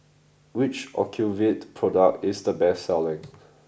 which Ocuvite product is the best selling